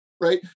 right